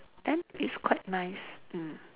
then it's quite nice mm